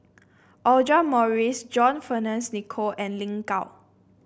Audra Morrice John Fearns Nicoll and Lin Gao